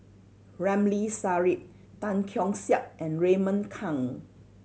Ramli Sarip Tan Keong Saik and Raymond Kang